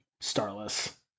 Starless